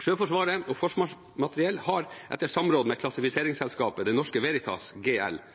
Sjøforsvaret og Forsvarsmateriell har, etter samråd med klassifiseringsselskapet Det Norske Veritas GL,